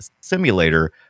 simulator